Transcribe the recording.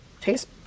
taste-